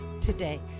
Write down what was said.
today